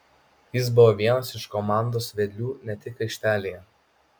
jis buvo vienas iš komandos vedlių ne tik aikštelėje